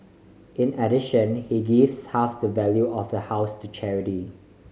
in addition he gives half the value of the house to charity